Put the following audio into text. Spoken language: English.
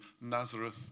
Nazareth